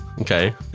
Okay